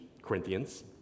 Corinthians